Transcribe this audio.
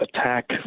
attack